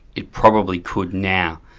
it probably could now,